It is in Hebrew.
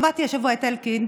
שמעתי השבוע את אלקין,